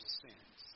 sins